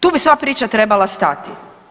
Tu bi sva priča trebala stati.